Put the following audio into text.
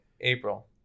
April